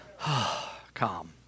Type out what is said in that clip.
calm